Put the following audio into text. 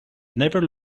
never